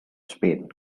spain